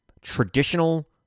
traditional